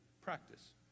practice